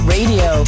Radio